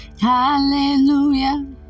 Hallelujah